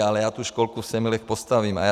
Ale já tu školku v Semilech postavím.